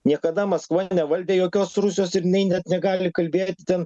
niekada maskva nevaldė jokios rusios ir jinai net negali kalbėti ten